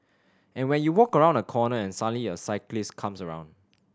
and when you walk around a corner and suddenly a cyclist comes around